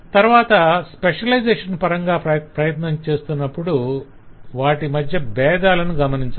తరవాత స్పెషలైజేషన్ పరంగా ప్రయత్నం చేస్తున్నప్పుడు వాటి మధ్య బేధాలను గమనించాలి